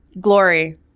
Glory